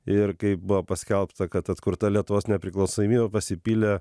ir kai buvo paskelbta kad atkurta lietuvos nepriklausomybė pasipylė